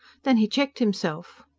then he checked himself.